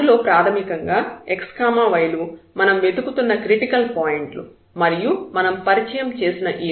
అందులో ప్రాథమికంగా x y లు మనం వెతుకుతున్న క్రిటికల్ పాయింట్లు మరియు మనం పరిచయం చేసిన ఈ